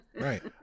right